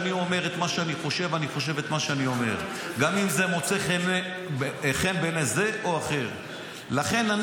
חבר הכנסת שוסטר, גם ממך אני מחזיק, אתה יודע.